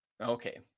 okay